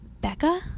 becca